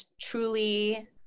truly